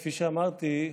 כפי שאמרתי,